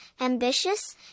ambitious